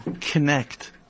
connect